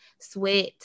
sweat